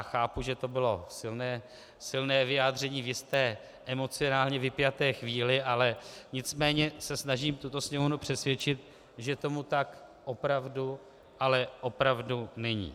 Chápu, že to bylo silné vyjádření v jisté emocionálně vypjaté chvíli, ale nicméně se snažím tuto Sněmovnu přesvědčit, že tomu tak opravdu, ale opravdu není.